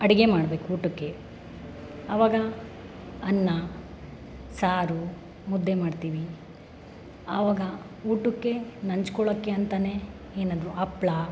ಅಡುಗೆ ಮಾಡಬೇಕು ಊಟಕ್ಕೆ ಅವಾಗ ಅನ್ನ ಸಾರು ಮುದ್ದೆ ಮಾಡ್ತೀವಿ ಅವಾಗ ಊಟಕ್ಕೆ ನೆಂಚ್ಕೋಳ್ಳೋಕೆ ಅಂತಲೇ ಏನದು ಹಪ್ಳ